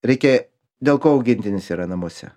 reikia dėl ko augintinis yra namuose